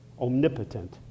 omnipotent